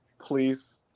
please